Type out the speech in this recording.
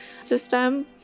system